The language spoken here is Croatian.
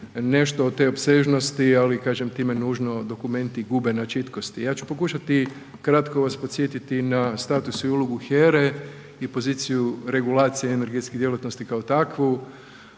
nešto od te opsežnosti ali kažem, time nužno dokumenti gube na čitkosti. Ja ću pokušati kratko vas podsjetiti na status i ulogu HERA-e i poziciju regulacije energetske djelatnosti kao takvu,